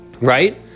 Right